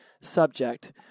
subject